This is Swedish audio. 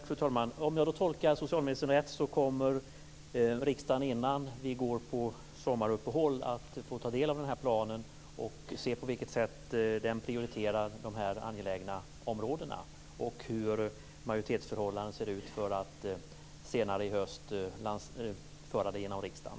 Fru talman! Om jag då tolkar socialministern rätt kommer riksdagen innan vi går på sommaruppehåll att få ta del av planen och se på vilket sätt den prioriterar de här angelägna områdena. Vi kommer också att se hur majoritetsförhållandena ser ut för att senare i höst föra det genom riksdagen.